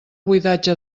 buidatge